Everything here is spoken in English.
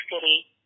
City